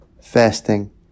fasting